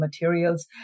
materials